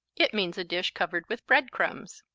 it means a dish covered with bread crumbs.